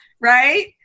right